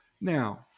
Now